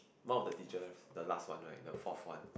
one of the teachers the last one the fourth one